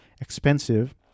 expensive